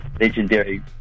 legendary